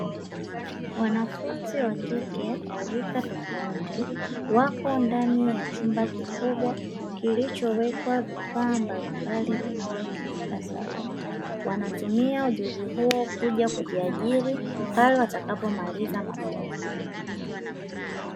Wanafunzi wa kike wa rika tofauti, wako ndani ya chumba kikubwa kilichowekwa vifaa mbalimbali vinavyotumika saluni. Wanatumia ujuzi huu kuja kujiajiri, pale watakapomaliza mafunzo.